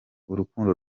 urukundo